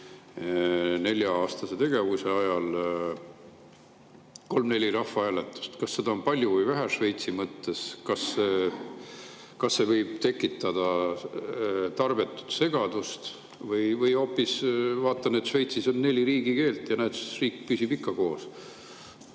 nelja-aastase tegevuse ajal kolm kuni neli rahvahääletust, kas seda on siis palju või vähe Šveitsi mõttes? Kas see võib tekitada tarbetut segadust? Või hoopis vaatame, et Šveitsis on neli riigikeelt ja riik püsib ikka koos.